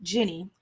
Jenny